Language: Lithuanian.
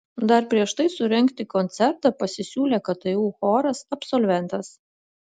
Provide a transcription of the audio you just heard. dar prieš tai surengti koncertą pasisiūlė ktu choras absolventas